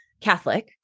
Catholic